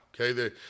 okay